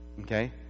Okay